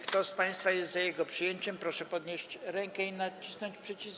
Kto z państwa jest za jego przyjęciem, proszę podnieść rękę i nacisnąć przycisk.